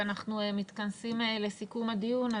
ואנחנו מתכנסים לסיכום הדיון.